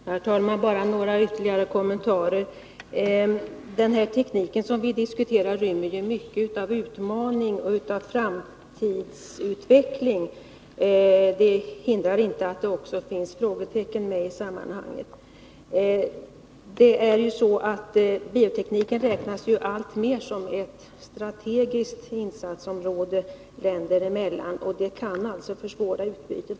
Herr talman! Bara några ytterligare kommentarer. Den teknik som vi nu diskuterar innehåller mycket av utmaning och av framtidsutveckling. Det hindrar inte att det också finns frågetecken med i sammanhanget. Biotekniken räknas länder emellan alltmer som ett strategiskt insatsområde, och det kan försvåra utbudet.